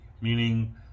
meaning